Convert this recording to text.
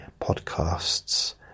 podcast's